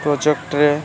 ପ୍ରୋଜେକ୍ଟ୍ରେ